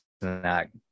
snack